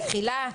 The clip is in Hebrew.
תחילה,